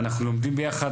אנחנו לומדים ביחס,